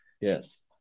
Yes